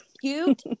cute